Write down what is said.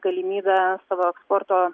galimybę savo eksporto